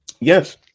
Yes